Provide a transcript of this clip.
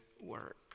work